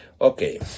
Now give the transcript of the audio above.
Okay